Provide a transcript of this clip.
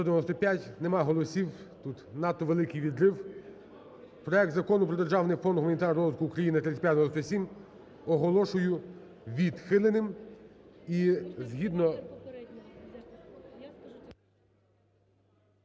Нема голосів. Тут надто великий відрив. Проект Закону про державний фонд гуманітарного розвитку України (3597) оголошую відхиленим